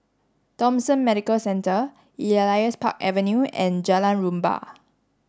Thomson Medical Centre Elias Park Avenue and Jalan Rumbia